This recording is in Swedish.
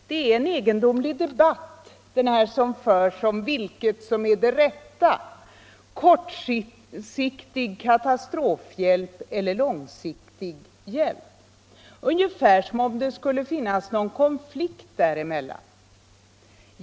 Det är en egendomlig debatt som förs om vilket som är det rätta, kortsiktig katastrofhjälp eller långsiktig hjälp — ungefär som om det skulle finnas någon konflikt däremellan.